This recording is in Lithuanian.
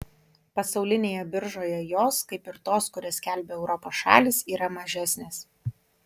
pasaulinėje biržoje jos kaip ir tos kurias skelbia europos šalys yra mažesnės